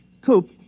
Coop